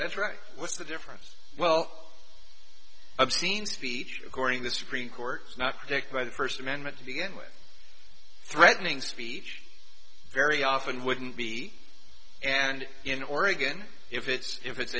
that's right what's the difference well obscene speech according the supreme court is not protected by the first amendment to begin with threatening speech very often wouldn't be and in oregon if it's if it's